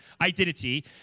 identity